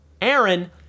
Aaron